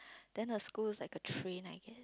then the school is like a train I guess